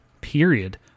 period